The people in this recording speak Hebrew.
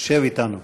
שב אתנו.